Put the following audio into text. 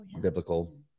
biblical